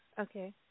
Okay